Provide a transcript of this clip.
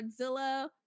Godzilla